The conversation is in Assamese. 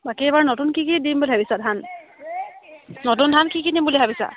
বাকী এইবাৰ নতুন কি কি দিম বুলি ভাবিছা ধান নতুন ধান কি কি দিম বুলি ভাবিছা